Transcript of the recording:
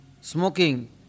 smoking